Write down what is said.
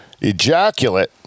ejaculate